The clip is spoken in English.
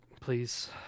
please